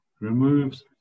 removes